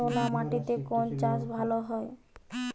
নোনা মাটিতে কোন চাষ ভালো হয়?